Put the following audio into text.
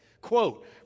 quote